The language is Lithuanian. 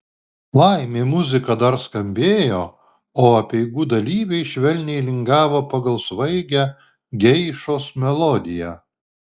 laimė muzika dar skambėjo o apeigų dalyviai švelniai lingavo pagal svaigią geišos melodiją